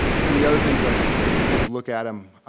and the other thing is i think if we just look at them,